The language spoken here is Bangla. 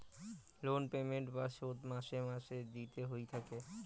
লোন পেমেন্ট বা শোধ মাসে মাসে দিতে হই থাকি